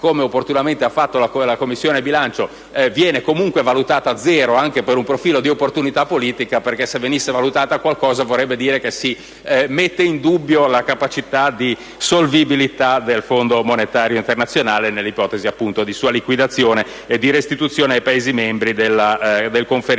come opportunamente ha fatto la Commissione bilancio - viene valutata zero, anche per un profilo di opportunità politica, perché se venisse valutata qualcosa vorrebbe dire che si mette in dubbio la capacità di solvibilità del Fondo monetario internazionale nell'ipotesi appunto di sua liquidazione e di restituzione ai Paesi membri del conferimento